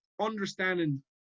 understanding